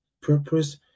Purpose